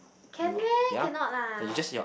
can meh cannot lah